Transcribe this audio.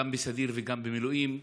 גם בסדיר וגם במילואים,